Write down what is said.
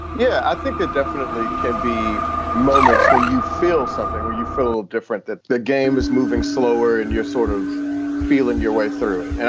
yeah, i think that definitely can be moments when you feel something where you feel different that the game is moving slower and you're sort of feeling your way through it. and